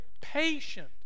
patient